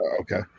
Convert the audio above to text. Okay